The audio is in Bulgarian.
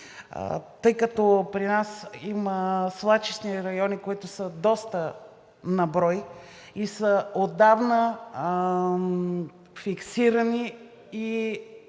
тъй като при нас има свлачищни райони, които са доста на брой и са отдавна фиксирани и